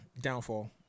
Downfall